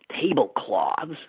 tablecloths